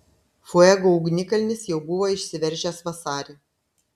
fuego ugnikalnis jau buvo išsiveržęs vasarį